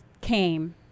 came